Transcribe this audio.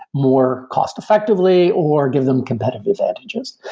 more cost effectively, or give them competitive advantages.